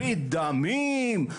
ברית דמים,